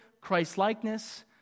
Christ-likeness